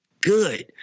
good